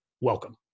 Welcome